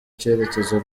cyerekezo